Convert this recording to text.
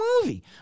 movie